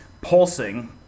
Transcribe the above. pulsing